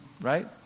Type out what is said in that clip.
right